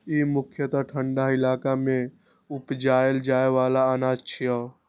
ई मुख्यतः ठंढा इलाका मे उपजाएल जाइ बला अनाज छियै